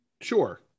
Sure